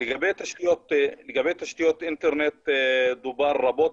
לגבי תשתיות אינטרנט דובר רבות,